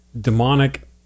demonic